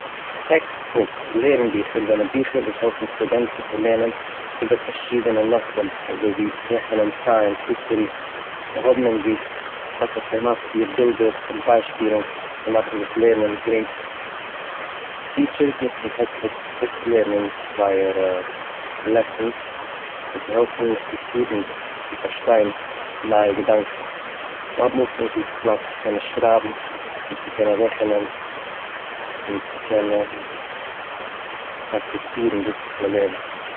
טעקסט בוקס - לערן ביכער, זענען בוכער וואס העלפן סטודענטן צו לערנען איבער פארשידענע נושאים אזוי ווי רעכענען, סייענס, היסטארי, זיי האבן אין זיך אסאך אינפארמאציע, בילדער און ביישפילן, צו מאכן דאס לערנען גרינג. טיטשערס נוצן טעקסט בוקס אויסצולערנען זייערע לעסאנס און צו העלפן די סטודענטס צו פארשטיין נייע געדאנקן, זיי האבן אויך אין זיך פלאץ צו קענען שרייבן, און צו קענען רעכענען און צו קענען פראקטיצירן דאס וואס מ'לערנט.